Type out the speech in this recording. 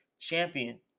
champion